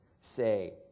say